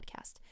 podcast